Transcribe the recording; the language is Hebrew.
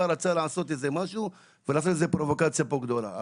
ורצה לעשות איזה משהו ולעשות פרובוקציה גדולה.